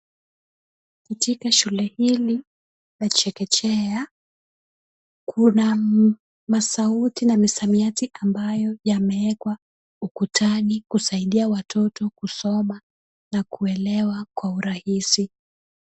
Katika shule hili la chekechea kuna misauti na misamiati ambayo yameekwa ukutani, kusaidia watoto kusoma na kuelewa kwa urahisi.